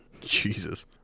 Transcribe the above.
Jesus